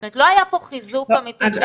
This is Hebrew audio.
זאת אומרת לא היה פה חיזוק אמיתי של המערכת.